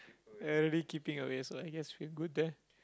I already keeping away so like yes we're good there